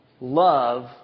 Love